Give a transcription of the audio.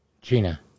Gina